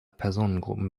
personengruppen